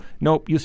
Nope